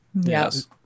Yes